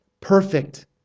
perfect